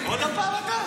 עוד פעם אתה?